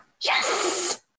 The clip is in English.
Yes